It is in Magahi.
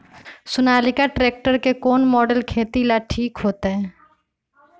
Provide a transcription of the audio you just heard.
सोनालिका ट्रेक्टर के कौन मॉडल खेती ला ठीक होतै?